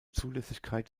zulässigkeit